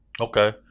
Okay